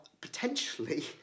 potentially